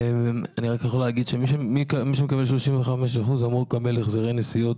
לקחתי כלב שאני לא מקבל החזר ממשרד